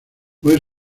puede